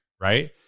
right